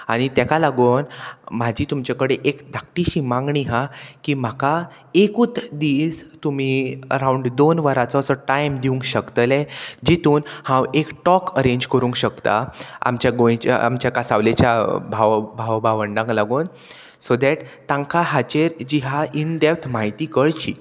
आनी तेका लागून म्हाजी तुमचे कडेन एक धाकटीशी मागणी आहा की म्हाका एकूच दीस तुमी अरावंड दोन वरांचो असो टायम दिवंक शकतले जितून हांव एक टॉक अरेंज करूंक शकता आमच्या गोंयच्या आमच्या कांसावलेच्या भाव भाव भावंडाक लागून सो दॅट तांकां हाचेर जी हा इनडेप्त म्हायती कळची